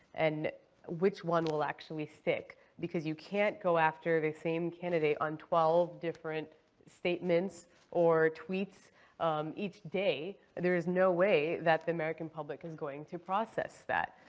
and which one will actually stick? because you can't go after the same candidate on twelve different statements or tweets each day. there is no way that the american public is going to process that.